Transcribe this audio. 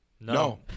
No